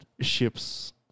ships-